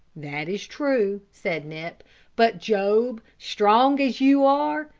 that is true, said nip but, job, strong as you are,